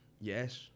Yes